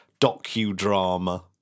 docudrama